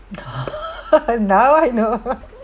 now I know